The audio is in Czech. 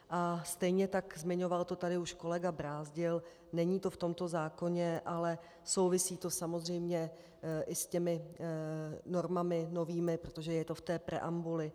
A stejně tak, zmiňoval to tady už kolega Brázdil, není to v tomto zákoně, ale souvisí to samozřejmě s těmi novými normami, protože je to v té preambuli.